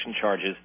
charges